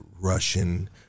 Russian